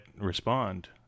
respond